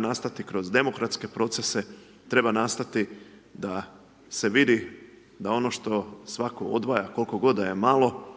nastati kroz demokratske procese, treba nastati da se vidi da ono što svako odvaja koliko god da je malo,